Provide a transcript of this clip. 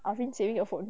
I didn't